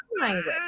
language